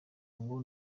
ngo